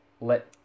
Let